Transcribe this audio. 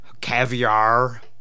Caviar